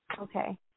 okay